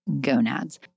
gonads